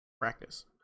practice